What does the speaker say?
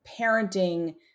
parenting